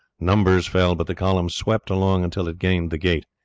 numbers fell, but the column swept along until it gained the gate.